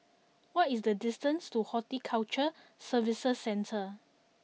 what is the distance to Horticulture Services Centre